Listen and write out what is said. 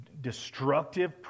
destructive